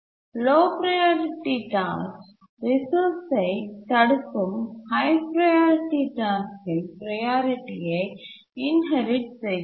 low priority task ரிசோர்ஸ்சை தடுக்கும் high priority டாஸ்க்கின் ப்ரையாரிட்டியை இன்ஹெரிட் செய்கிறது